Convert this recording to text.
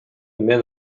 мен